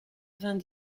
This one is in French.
vingt